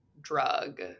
drug